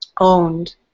owned